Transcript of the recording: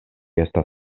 estas